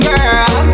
Girl